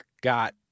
got